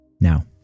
Now